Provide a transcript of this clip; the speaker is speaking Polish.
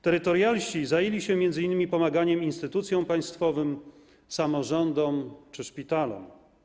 Terytorialsi zajęli się m.in. pomaganiem instytucjom państwowym, samorządom czy szpitalom.